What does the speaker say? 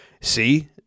See